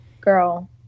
girl